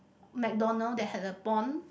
McDonald's that has a pond